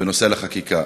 בנושא החקיקה.